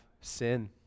sin